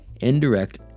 indirect